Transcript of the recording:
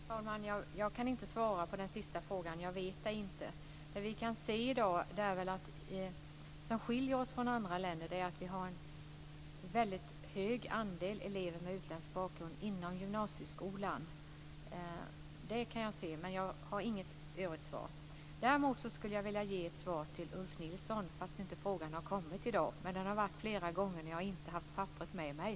Fru talman! Jag kan inte svara på den sista frågan. Jag vet inte det. Det vi kan se i dag som skiljer oss från andra länder är att vi har en hög andel elever med utländsk bakgrund inom gymnasieskolan. Det kan jag se, men jag har inget övrigt svar. Däremot skulle jag vilja ge ett svar till Ulf Nilsson, fastän frågan inte har kommit i dag. Den har kommit flera gånger när jag inte haft papperet med mig.